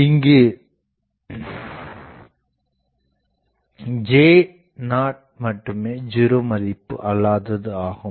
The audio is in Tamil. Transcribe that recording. இங்கு J0மட்டுமே ஜீரோ மதிப்பு அல்லாதது ஆகும்